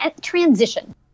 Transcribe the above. Transition